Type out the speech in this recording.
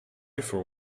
for